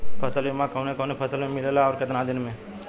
फ़सल बीमा कवने कवने फसल में मिलेला अउर कितना दिन में?